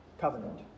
covenant